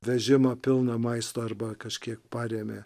vežimą pilną maisto arba kažkiek parėmė